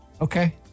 Okay